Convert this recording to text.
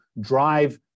drive